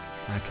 Okay